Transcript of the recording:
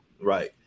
Right